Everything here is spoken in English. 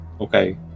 okay